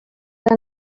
era